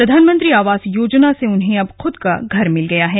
प्रधानमंत्री आवास योजना से उन्हें अब खूद का घर मिल गया है